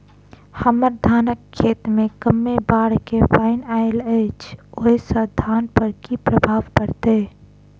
हम्मर धानक खेत मे कमे बाढ़ केँ पानि आइल अछि, ओय सँ धान पर की प्रभाव पड़तै?